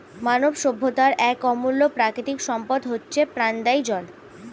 মানব সভ্যতার এক অমূল্য প্রাকৃতিক সম্পদ হচ্ছে প্রাণদায়ী জল